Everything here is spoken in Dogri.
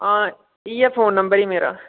हां इ'यै फोन नंबर ई मेरा